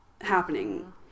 happening